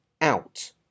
out